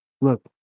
look